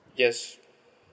yes